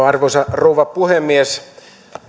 arvoisa rouva puhemies